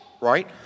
right